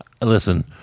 Listen